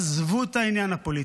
עזבו את העניין הפוליטי.